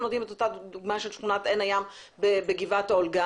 מביאים את אותה דוגמה של שכונת עין הים בגבעת אולגה